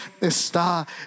está